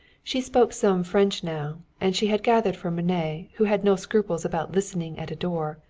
she spoke some french now, and she had gathered from rene, who had no scruples about listening at a door,